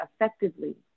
effectively